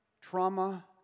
trauma